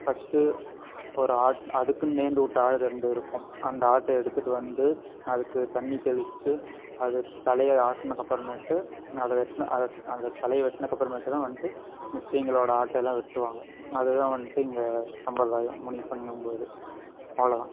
first ஒரு அதுக்குன்னு நேற்று விட்ட ஆடு ரெண்டு இருக்கும் அந்த ஆட்டை எடுத்துகிட்டு வந்து அதுக்கு தண்ணி தெளிச்சு அது தலையை ஆட்டின அப்பறமேட்டு அது வெட்டுன அது தலையை வெட்டின அப்புறமேட்டுதான் வந்துட்டு மிச்சிவங்களோட ஆட்டை எல்லாம் வெட்டுவாங்க அதுதான் வந்துட்டு இங்கே சம்பிரதாயம் முனியப்பன்னுபோது அவ்வளோதான்